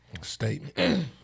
statement